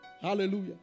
Hallelujah